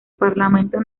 parlamento